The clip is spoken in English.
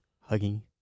hugging